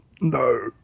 No